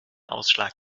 ausschlag